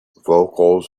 vocals